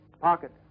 pocket